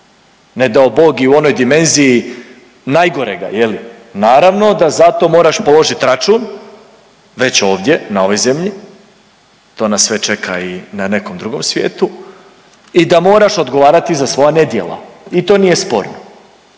ne dao Bog i u onoj dimenziji najgorega je li, naravno da zato moraš položiti račun već ovdje na ovoj zemlji, to nas sve čeka i na nekom drugom svijetu i da moraš odgovarati za svoja nedjela. I to nije sporno.